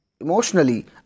emotionally